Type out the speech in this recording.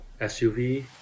SUV